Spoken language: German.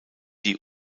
die